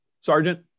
Sergeant